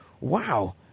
wow